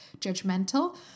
judgmental